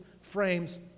frames